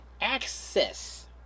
access